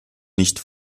nicht